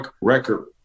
record